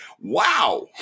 Wow